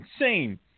insane